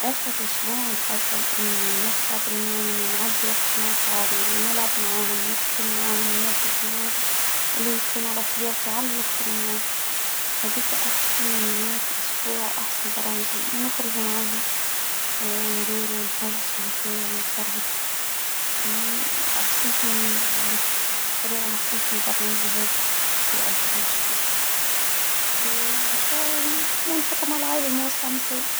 اخر اسبوع عن حاصل اني نشبع بالنوم اني نعدي وقت ماصحابي لنلعب معاهم نحكي معاهم ننجز معاهم اللي نكون على طبيعتي عاللخر معاهم هاديكا احسن نهاية الأسبوع واحسن برامج نخرج معاهم ندوروا نحوص هاكايا ونتفرهد ما احسنش من بالنسبة لي انا ما احسنتش من برنامج هذا في اخر الاسبوع يعني حتى مع العائلة الموسعة مساج.